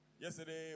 Yesterday